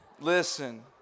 listen